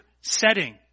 setting